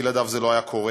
שבלעדיו זה לא היה קורה,